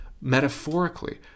metaphorically